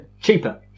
cheaper